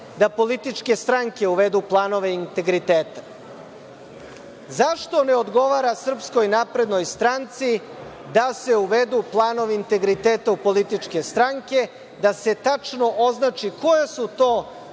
da političke stranke uvedu planove integriteta. Zašto ne odgovara SNS-u da se uvedu planovi integriteta u političke stranke, da se tačno označi koja su to